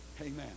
Amen